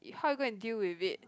how you go and deal with it